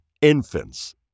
infants